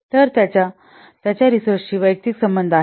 तर त्याचा त्याचा रिसोर्स शी वैयक्तिक संबंध आहे